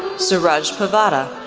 suraj puvvada,